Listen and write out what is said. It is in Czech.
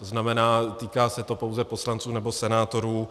To znamená, týká se to pouze poslanců nebo senátorů.